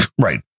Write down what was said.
right